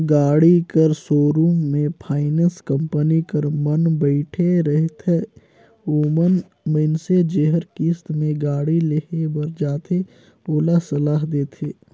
गाड़ी कर सोरुम में फाइनेंस कंपनी कर मन बइठे रहथें ओमन मइनसे जेहर किस्त में गाड़ी लेहे बर जाथे ओला सलाह देथे